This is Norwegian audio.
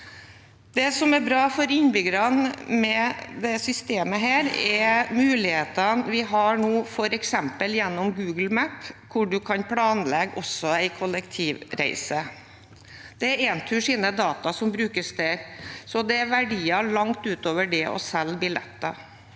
Det som er bra for innbyggerne med dette systemet, er mulighetene vi nå har gjennom f.eks. Google Maps, hvor man også kan planlegge en kollektivreise. Det er Enturs data som brukes der, så det er snakk om verdier langt utover det å selge billetter.